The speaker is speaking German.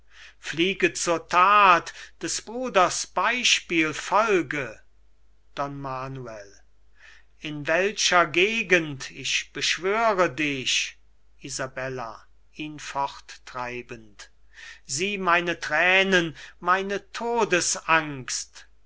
fliege zur that des bruders beispiel folge don manuel in welcher gegend ich beschwöre dich isabella ihn forttreibend sieh meine thränen meine todesangst